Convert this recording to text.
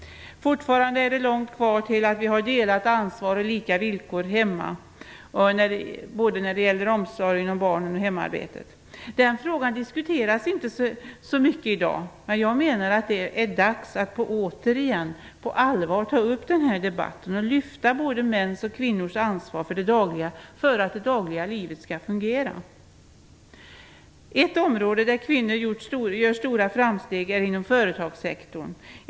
Fortfarande är det långt kvar tills vi har delat ansvar och lika villkor hemma både när det gäller omsorgen om barnen och när det gäller hemarbetet. Den frågan diskuteras inte så mycket i dag. Jag menar att det är dags att återigen på allvar ta upp den debatten och lyfta upp både mäns och kvinnors ansvar för att det dagliga skall fungera. Ett område där kvinnor gör stora framsteg är företagssektorn.